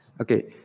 Okay